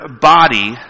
body—